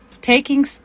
taking